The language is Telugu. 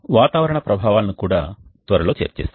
వాతావరణ ప్రభావాలను కూడా త్వరలో చర్చిస్తాము